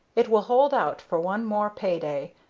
it will hold out for one more pay-day,